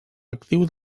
actiu